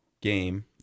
game